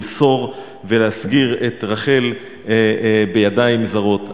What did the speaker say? למסור ולהסגיר את רחל לידיים זרות.